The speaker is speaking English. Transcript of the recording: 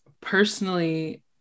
Personally